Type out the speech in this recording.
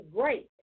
great